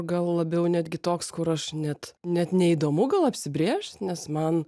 gal labiau netgi toks kur aš net net neįdomu gal apsibrėžt nes man